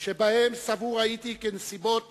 שבהם סבור הייתי כי הנסיבות